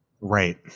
Right